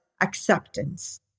acceptance